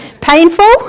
Painful